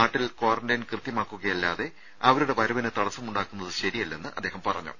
നാട്ടിൽ ക്വാറന്റൈൻ കൃത്യമാക്കുകയല്ലാതെ അവരുടെ വരവിന് തടസ്സമുണ്ടാക്കുന്നത് ശരിയല്ലെന്നും അദ്ദേഹം പറഞ്ഞു